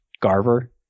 Garver